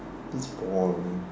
looks boring